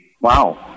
Wow